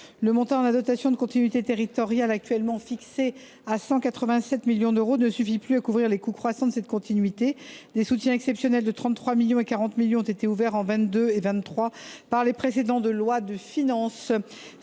Le montant de la dotation de continuité territoriale (DCT), actuellement fixé à 187 millions d’euros, ne suffit plus à couvrir les coûts croissants de cette continuité. Des soutiens exceptionnels de 33 millions et de 40 millions d’euros ont été accordés en 2022 et 2023 au travers des précédentes lois de finances.